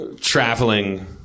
traveling